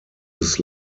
his